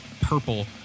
purple